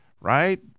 right